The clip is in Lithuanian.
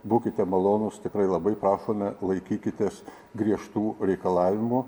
būkite malonūs tikrai labai prašome laikykitės griežtų reikalavimų